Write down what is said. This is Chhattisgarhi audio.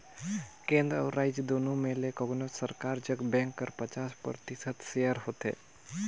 केन्द्र अउ राएज दुनो में ले कोनोच सरकार जग बेंक कर पचास परतिसत सेयर होथे